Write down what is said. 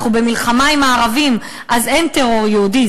אנחנו במלחמה עם הערבים, אז אין טרור יהודי.